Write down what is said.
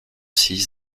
six